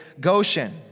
goshen